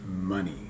money